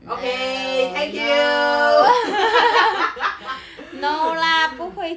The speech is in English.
okay thank you